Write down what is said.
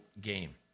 game